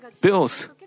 bills